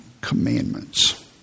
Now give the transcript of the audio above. commandments